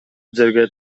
жерге